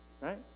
Right